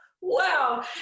Wow